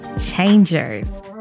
changers